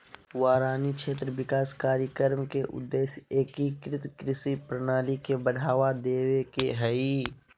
वारानी क्षेत्र विकास कार्यक्रम के उद्देश्य एकीकृत कृषि प्रणाली के बढ़ावा देवे के हई